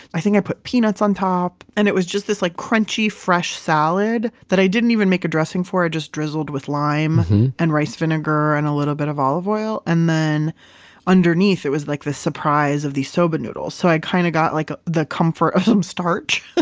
i think i put peanuts on top. and it was this like crunchy, fresh salad that i didn't even make a dressing for, i just drizzled with lime and rice vinegar and a little bit of olive oil and then underneath, it was like the surprise of the soba noodles. so i kind of got like the comfort of some starch,